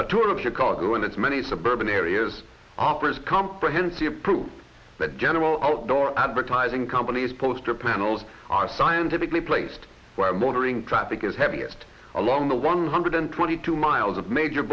a tour of chicago and its many suburban areas offers comprehensive proof that general outdoor advertising companies poster panels are scientifically placed where motoring traffic is heaviest along the one hundred twenty two miles of major